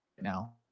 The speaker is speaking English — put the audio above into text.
now